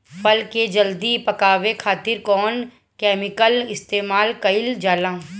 फल के जल्दी पकावे खातिर कौन केमिकल इस्तेमाल कईल जाला?